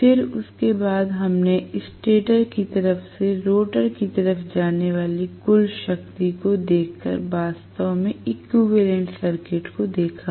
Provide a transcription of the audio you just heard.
फिर उसके बाद हमने स्टेटर की तरफ से रोटर की तरफ जाने वाली कुल शक्ति को देखकर वास्तव में इक्विवेलेंट सर्किट को देखा